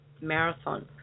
Marathon